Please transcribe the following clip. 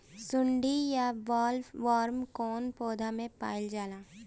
सुंडी या बॉलवर्म कौन पौधा में पाइल जाला?